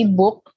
book